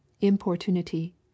IMPORTUNITY